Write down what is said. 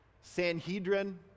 Sanhedrin